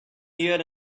here